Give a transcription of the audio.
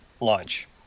launch